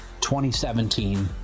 2017